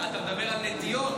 אתה מדבר על נטיות,